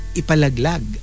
ipalaglag